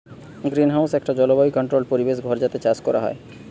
greenhouse একটা জলবায়ু controlled পরিবেশ ঘর যাতে চাষ কোরা হয়